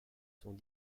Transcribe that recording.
sont